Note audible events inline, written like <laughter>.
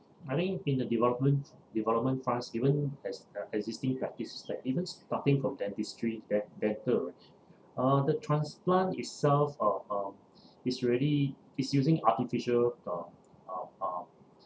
money in the development development funds even as uh existing practice like even starting from dentistry den~ dental uh the transplant itself uh uh <breath> is really is using artificial um um um